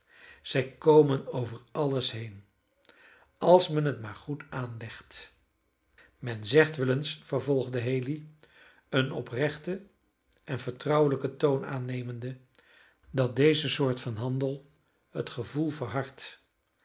zij komen over alles heen als men het maar goed aanlegt men zegt wel eens vervolgde haley een oprechten en vertrouwelijken toon aannemende dat deze soort van handel het gevoel verhardt